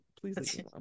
please